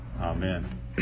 amen